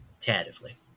Tentatively